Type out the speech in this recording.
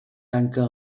tanca